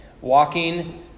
Walking